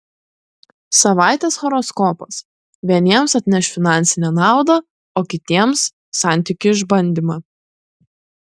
savaitės horoskopas vieniems atneš finansinę naudą o kitiems santykių išbandymą